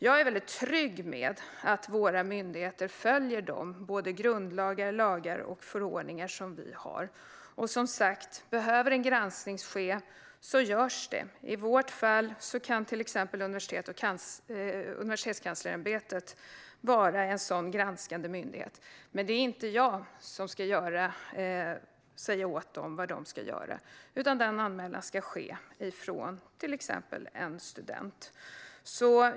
Jag är trygg med att våra myndigheter följer grundlagar, lagar och förordningar. Som sagt, behövs det en granskning görs det en sådan. I vårt fall kan till exempel Universitetskanslerämbetet vara en granskande myndighet. Men det är inte jag som ska säga åt dem vad de ska göra, utan det ska ske en anmälan från till exempel en student.